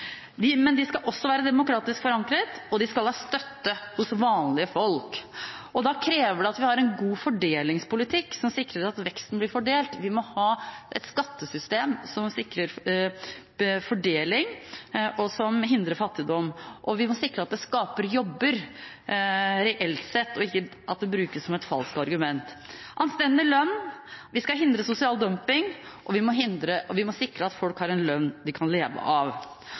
Men de skal også være demokratisk forankret, og de skal ha støtte hos vanlige folk. Da krever det at vi har en god fordelingspolitikk som sikrer at veksten blir fordelt. Vi må ha et skattesystem som sikrer fordeling og hindrer fattigdom. Vi må sikre at det skapes jobber reelt sett, og ikke at det brukes som et falskt argument, og vi må sikre anstendig lønn. Vi skal hindre sosial dumping, og vi må sikre at folk har en lønn de kan leve av.